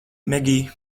megij